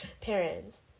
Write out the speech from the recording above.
parents